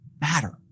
matter